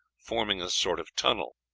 forming a sort of tunnel.